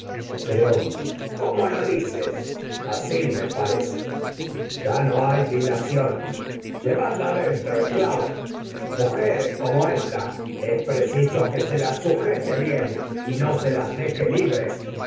como lo creonte dices asi me parece ya no hay dilación es llevadla dentro esclavos mujeres como ésta preciso que se las sujete bien y no se las deje hasta libres